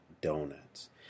donuts